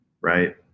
right